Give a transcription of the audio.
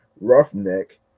Roughneck